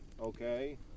okay